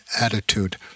attitude